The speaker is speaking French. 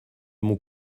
mon